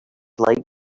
like